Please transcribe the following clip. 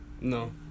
No